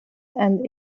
and